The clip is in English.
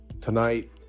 tonight